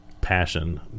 passion